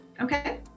Okay